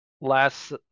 last